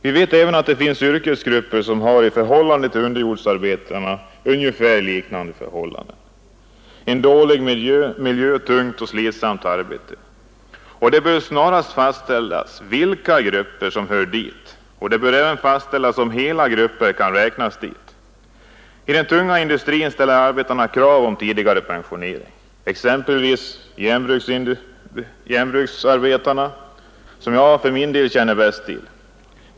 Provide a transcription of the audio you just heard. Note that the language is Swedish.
Vi vet även att det finns andra yrkesgrupper som har ungefär samma förhållanden som underjordsarbetarna: en dålig miljö med tungt och slitsamt arbete. Det bör snarast utredas vilka arbetstagare som hör dit, och det bör även fastställas om hela grupper kan räknas dit. I den tunga industrin ställer arbetarna krav på tidigare pensionering — exempelvis inom järnbruksindustrin, som jag för min del känner bäst till.